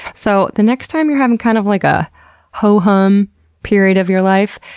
so the next time you're having kind of like a ho-hum period of your life,